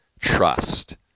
trust